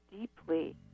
deeply